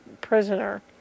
prisoner